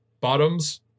bottoms